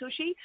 sushi